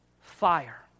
fire